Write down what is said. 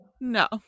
No